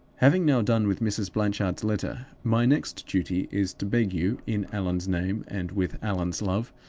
having now done with mrs. blanchard's letter, my next duty is to beg you, in allan's name and with allan's love,